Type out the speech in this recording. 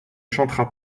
chantera